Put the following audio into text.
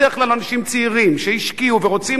בדרך כלל אנשים צעירים שהשקיעו ורוצים